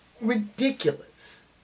ridiculous